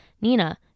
Nina